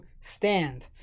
stand